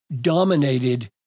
dominated